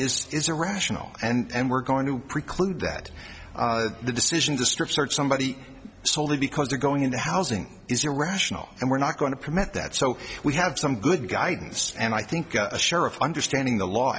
this is a rational and we're going to preclude that the decision to strip search somebody soley because they're going into housing is irrational and we're not going to permit that so we have some good guidance and i think a sheriff understanding the law